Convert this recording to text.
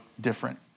different